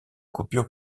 coupure